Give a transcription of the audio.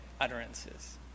utterances